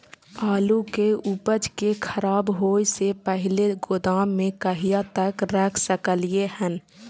आलु के उपज के खराब होय से पहिले गोदाम में कहिया तक रख सकलिये हन?